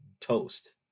toast